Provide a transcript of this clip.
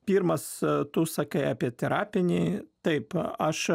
pirmas tu sakai apie terapinį taip aš